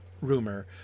rumor